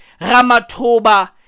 Ramatoba